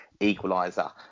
equaliser